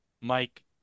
Mike